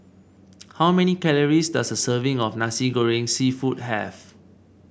how many calories does a serving of Nasi Goreng seafood have